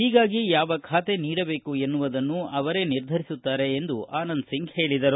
ಹೀಗಾಗಿ ಯಾವ ಖಾತೆ ನೀಡಬೇಕು ಎನ್ನುವುದನ್ನು ಅವರೇ ನಿರ್ಧರಿಸುತ್ತಾರೆ ಎಂದು ಅವರು ಹೇಳಿದರು